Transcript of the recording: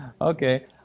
Okay